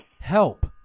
help